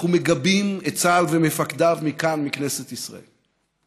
אנחנו מגבים את צה"ל ומפקדיו מכאן, מכנסת ישראל.